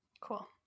Cool